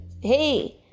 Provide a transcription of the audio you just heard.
Hey